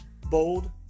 bold